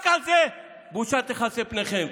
רק על זה בושה תכסה פניכם.